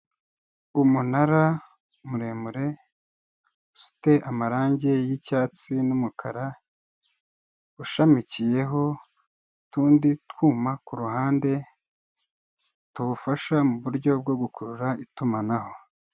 Umunara muremure ufite amarangi yicyatsi numukara ushamikiyeho utundi twuyuma kuruhande tuwufasha muburyo bwo gukurura itumanaho.